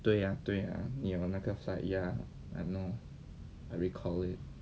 对呀对呀你有那个 flight ya I know I recall it